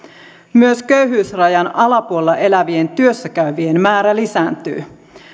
myös köyhyysrajan alapuolella elävien työssä käyvien määrä lisääntyy